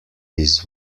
this